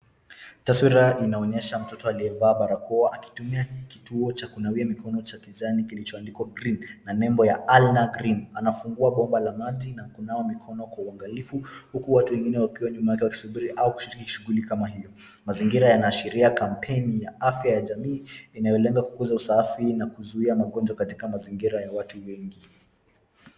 Taswira inaonyesha mtoto aliyevaa barakoa akitumia kituo cha kunawia mikono cha kijani kilichoandikwa green , na nembo ya Alna green. Anafungua bomba la maji, na kunawa mikono kwa uangalifu, huku watu wengine wakiwa nyuma yake wakisubiri au kushiriki shughuli kama hiyo. Mazingira yanaashiria kampeni ya afya ya jamii, inayolenga kukuza usafi na kuzuia magonjwa katika mazingira ya watu wengi.